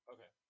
Okay